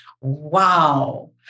Wow